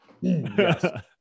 yes